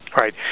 Right